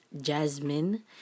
Jasmine